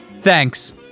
Thanks